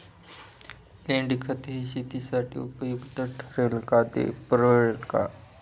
लेंडीखत हे शेतीसाठी उपयुक्त ठरेल का, ते परवडेल का?